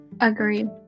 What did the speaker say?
Agreed